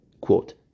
Quote